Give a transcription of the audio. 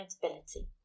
accountability